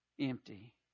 empty